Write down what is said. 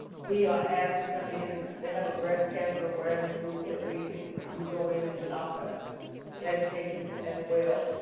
we are asked to come in and they have a breast cancer awareness group that we can, we go in and we offer educations as well.